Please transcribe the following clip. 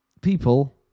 people